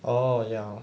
orh ya